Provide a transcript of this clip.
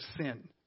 sin